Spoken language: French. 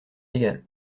égal